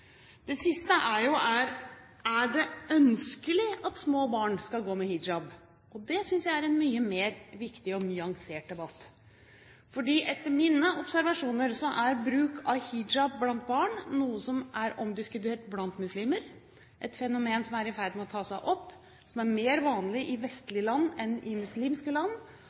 Det siste er jo: Er det ønskelig at små barn skal gå med hijab? Det synes jeg er en mye viktigere og mer nyansert debatt. Etter mine observasjoner er bruk av hijab blant barn noe som er omdiskutert blant muslimer – et fenomen som er i ferd med å ta seg opp, som er mer vanlig i vestlige land enn i muslimske land,